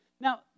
Now